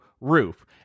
roof